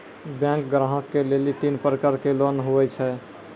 Bank ग्राहक के लेली तीन प्रकर के लोन हुए छै?